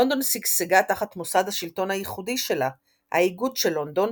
לונדון שגשגה תחת מוסד השלטון הייחודי שלה – האיגוד של לונדון,